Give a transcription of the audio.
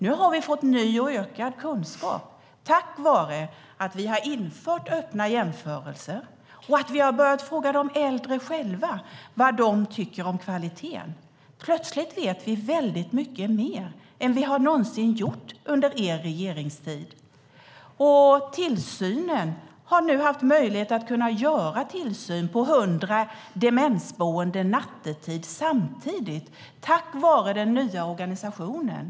Nu har vi fått ny och ökad kunskap tack vare att vi har infört öppna jämförelser och att vi har börjat fråga de äldre själva vad de tycker om kvaliteten. Plötsligt vet vi mycket mer än vi har någonsin gjorde under er regeringstid. Nu har det varit möjligt att göra en tillsyn nattetid på 100 demensboenden samtidigt. Det har skett tack vare den nya organisationen.